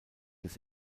des